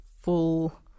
full